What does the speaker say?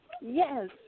Yes